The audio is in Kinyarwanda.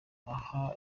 aha